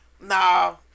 Nah